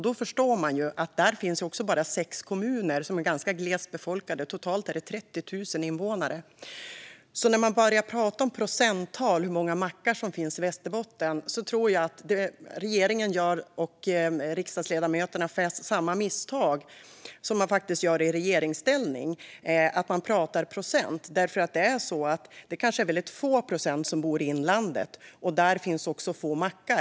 Där finns bara sex kommuner, som är ganska glest befolkade. Totalt är det 30 000 invånare. När man börjar prata om procenttal och hur många mackar som finns i Västerbotten tror jag att Socialdemokraternas riksdagsledamöter gör samma misstag som man gör i regeringsställning. Det är få procent som bor i inlandet, och där finns också få mackar.